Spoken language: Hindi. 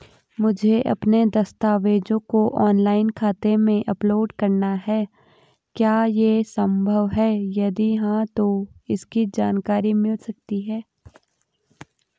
मुझे अपने दस्तावेज़ों को ऑनलाइन खाते में अपलोड करना है क्या ये संभव है यदि हाँ तो इसकी जानकारी मिल सकती है?